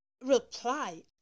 reply